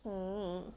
hmm